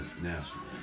National